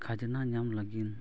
ᱠᱷᱟᱡᱱᱟ ᱧᱟᱢ ᱞᱟᱹᱜᱤᱫ